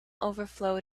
overflowed